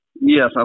Yes